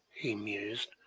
he mused,